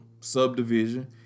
subdivision